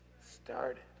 started